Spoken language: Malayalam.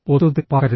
ഒത്തുതീർപ്പാക്കരുത്